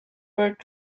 worth